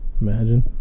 Imagine